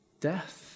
Death